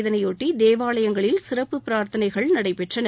இதனையொட்டி தேவாலயங்களில் சிறப்புப் பிரார்த்தனைகள் நடைபெற்றன